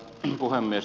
herra puhemies